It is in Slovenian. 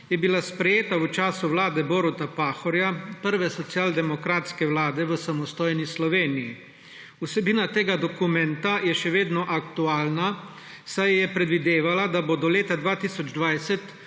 je bila sprejeta v času vlade Boruta Pahorja, prve socialdemokratske vlade v samostojni Sloveniji. Vsebina tega dokumenta je še vedno aktualna, saj je predvidevala, da bo do leta 2020